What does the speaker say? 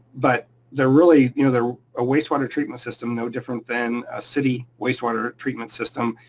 but they're really. you know they're a wastewater treatment system, no different than a city wastewater treatment system,